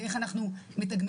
באיך אנחנו מתגמלים,